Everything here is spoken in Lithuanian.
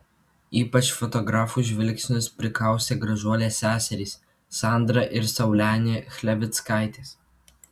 ypač fotografų žvilgsnius prikaustė gražuolės seserys sandra ir saulenė chlevickaitės